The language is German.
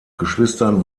geschwistern